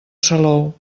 salou